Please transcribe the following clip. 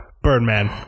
Birdman